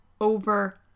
over